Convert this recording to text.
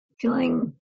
feeling